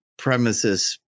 Premises